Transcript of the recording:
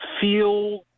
feel